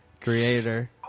creator